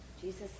Jesus